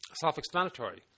self-explanatory